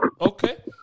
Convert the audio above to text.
Okay